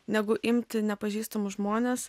negu imti nepažįstamus žmones